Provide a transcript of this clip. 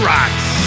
Rocks